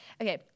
Okay